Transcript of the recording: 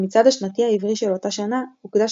המצעד השנתי העברי של אותה שנה הוקדש